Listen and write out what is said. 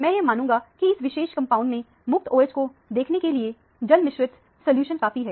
मैं यह मानूंगा की इस विशेष कंपाउंड में मुक्त OH को देखने के लिए यह जलमिश्रित सॉल्यूशन काफी है